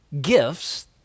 gifts